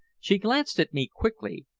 she glanced at me quickly,